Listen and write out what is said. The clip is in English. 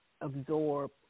absorb